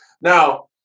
Now